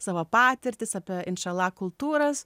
savo patirtis apie inčala kultūras